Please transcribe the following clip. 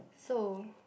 so